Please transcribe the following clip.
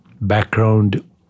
background